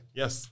yes